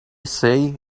say